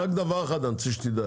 לא, רק דבר אחד אני רוצה שתדע.